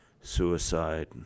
Suicide